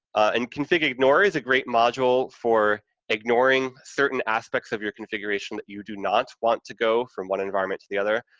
and config ignore is a great module for ignoring certain aspects of your configuration that you do not want to go from one environment to the other.